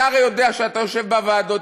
אתה הרי יודע שאתה יושב בוועדות,